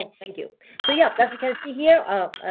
thank you so yeah. plus you can see here, ah, ah,